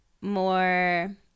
more